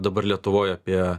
dabar lietuvoj apie